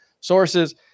sources